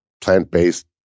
plant-based